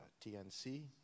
TNC